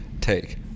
take